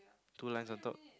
two lines on top